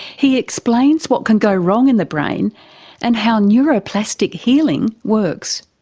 he explains what can go wrong in the brain and how neuroplastic healing works.